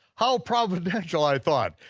how providential, i thought,